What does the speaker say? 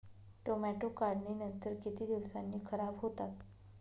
Tomato काढणीनंतर किती दिवसांनी खराब होतात?